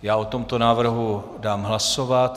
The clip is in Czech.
Já o tomto návrhu dám hlasovat.